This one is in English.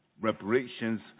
reparations